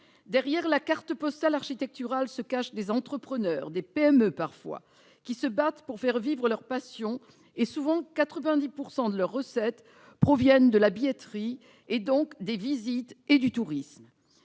Derrière la carte postale architecturale se cachent des entrepreneurs, des PME parfois, qui se battent pour faire vivre leur passion : 90 % de leurs recettes proviennent souvent de la billetterie, donc des visites et du tourisme.